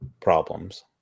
problems